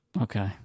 Okay